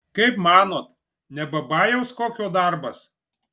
kaip manot ne babajaus kokio darbas